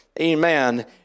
Amen